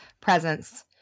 presence